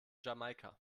jamaika